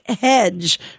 Hedge